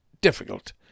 difficult